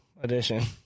Edition